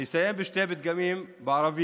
אני אסיים בשני פתגמים בערבית.